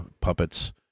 puppets